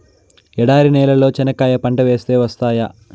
ఎడారి నేలలో చెనక్కాయ పంట వేస్తే వస్తాయా?